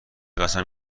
قسم